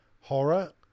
horror